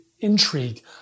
intrigue